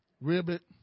Ribbit